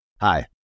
Hi